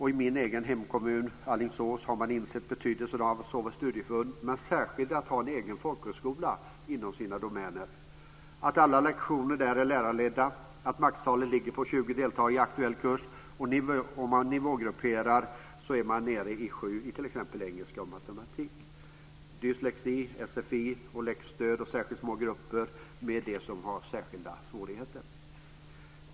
I min egen hemkommun Alingsås har man insett betydelsen av studieförbund men också särskilt av att ha en egen folkhögskola inom sina domäner. Alla lektioner är lärarledda. Det maximala antalet deltagare i aktuell kurs är 20, och om man nivågrupperar är man nere på 7 i t.ex. engelska och matematik. Man har särskilt små grupper för sfi och för dem som har dyslexi, för dem som behöver läxstöd och för dem som har särskilda svårigheter.